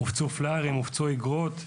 הופצו פליירים, הופצו איגרות,